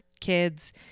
kids